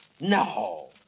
No